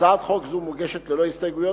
הצעת חוק זו מוגשת ללא הסתייגויות,